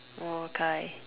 oh Kai